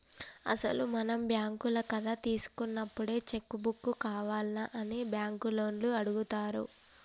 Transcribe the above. అసలు మనం బ్యాంకుల కథ తీసుకున్నప్పుడే చెక్కు బుక్కు కావాల్నా అని బ్యాంకు లోన్లు అడుగుతారు